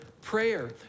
prayer